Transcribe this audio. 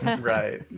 Right